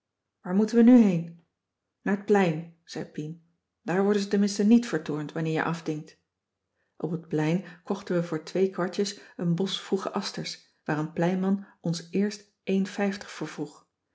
waar moeten we nu heen naar t plein zei pien daar worden ze tenminste niet vertoornd wanneer je afdingt op het plein kochten we voor twee kwartjes een bos vroege asters waar een pleinman ons eerst éen vijftig voorvroeg